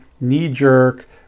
knee-jerk